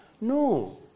No